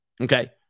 okay